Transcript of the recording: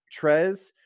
Trez